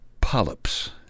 polyps